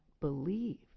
believe